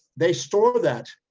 they store that,